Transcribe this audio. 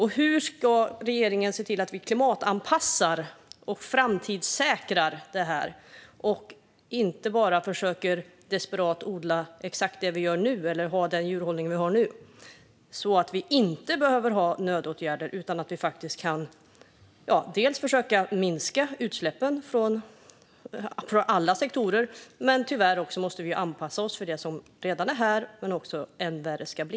Hur ska regeringen se till att vi klimatanpassar och framtidssäkrar detta och inte bara desperat försöker att odla exakt det vi gör nu eller att ha den djurhållning vi har nu? Det handlar om att vi inte ska behöva ta till nödåtgärder. Det gäller att vi försöker att minska utsläppen från alla sektorer, men tyvärr måste vi också anpassa oss efter det som redan är här och som än värre ska bli.